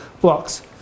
blocks